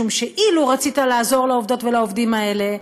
משום שאילו רצית לעזור לעובדות ולעובדים האלה,